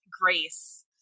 Grace